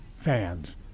fans